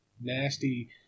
nasty